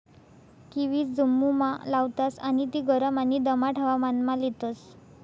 kiwi जम्मुमा लावतास आणि ती गरम आणि दमाट हवामानमा लेतस